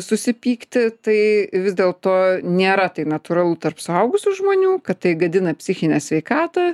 susipykti tai vis dėl to nėra tai natūralu tarp suaugusių žmonių kad tai gadina psichinę sveikatą